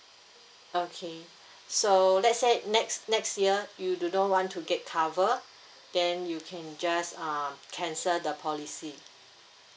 okay so let's say next next year you do not want to get cover then you can just uh cancel the policy